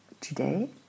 Today